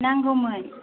नांगौमोन